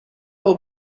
will